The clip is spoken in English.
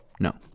No